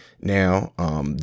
now